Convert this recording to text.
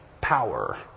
power